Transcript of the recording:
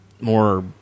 more